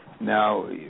Now